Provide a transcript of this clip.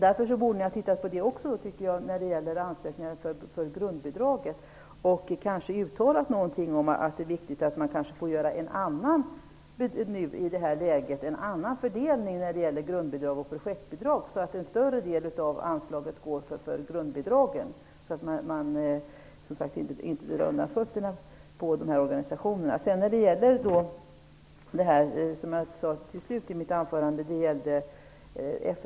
Därför borde ni också ha tittat på ansökningarna till grundbidragen och kanske uttalat någonting om att det är viktigt att man i detta läge gör en annan fördelning mellan grundbidragen och projektbidragen, så att en större del av anslaget går till grundbidragen. Då drar man, som sagt, inte undan fötterna för dessa organisationer. Jag talade om FN-delegationen i slutet av mitt anförande.